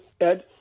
Ed